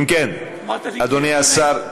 אמרת לי "גברתי"?